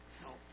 help